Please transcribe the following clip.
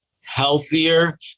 healthier